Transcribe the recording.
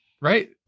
right